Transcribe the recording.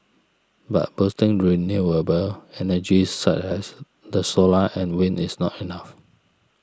but boosting renewable energy such as the solar and wind is not enough